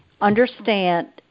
understand